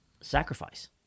sacrifice